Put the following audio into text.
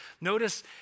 Notice